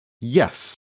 Yes